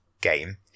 game